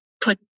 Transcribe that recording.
Put